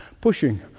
pushing